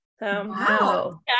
Wow